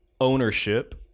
ownership